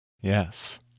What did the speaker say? Yes